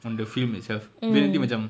from the film itself abeh nanti macam